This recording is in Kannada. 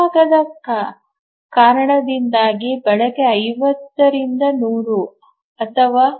ಮುಂಭಾಗದ ಕಾರಣದಿಂದಾಗಿ ಬಳಕೆ 50 ರಿಂದ 100 ಅಥವಾ 0